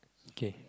K